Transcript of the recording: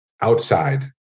outside